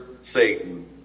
Satan